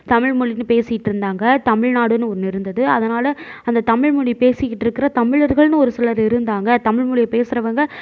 தமிழ் மொழின்னு பேசிகிட்டு இருந்தாங்க தமிழ்நாடுன்னு ஒன்று இருந்தது அதனால் அந்த தமிழ் மொழி பேசிகிட்டு இருக்கிற தமிழர்களெனு ஒரு சிலர் இருந்தாங்க தமிழ் மொழியை பேசுகிறவங்க